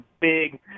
big